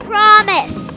Promise